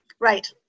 right